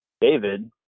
David